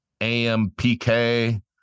AMPK –